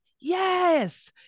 yes